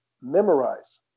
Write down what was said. memorize